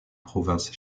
province